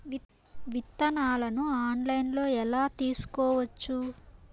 విత్తనాలను ఆన్లైన్లో ఎలా తీసుకోవచ్చు